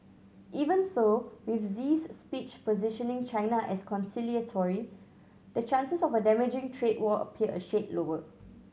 even so with Xi's speech positioning China as conciliatory the chances of a damaging trade war appear a shade lower